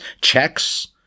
checks